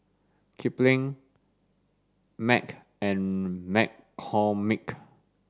Kipling Mac and McCormick